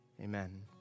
Amen